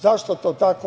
Zašto to tako?